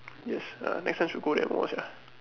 yes err next time should go that mall sia